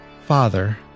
Father